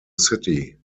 city